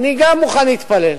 גם אני מוכן להתפלל,